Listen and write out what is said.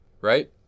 right